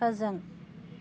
फोजों